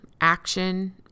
action